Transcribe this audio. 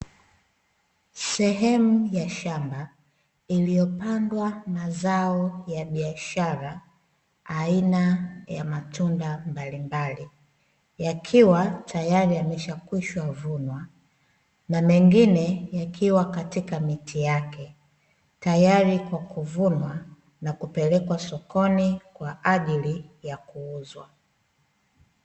Sehemu ya shamba, iliyopandwa mazao ya biashara, aina ya matunda mbalimbali, yakiwa tayari yamekwishavunwa, na mengine yakiwa katika miti yake, tayari kwa kuvunwa na kupelekwa sokoni kwa ajili ya kuuzwa.